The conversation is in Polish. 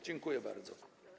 Dziękuję bardzo.